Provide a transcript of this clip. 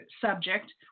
subject